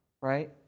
Right